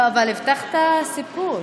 אבל הבטחת סיפור.